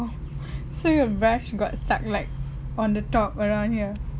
so your brush got stuck like on the top around here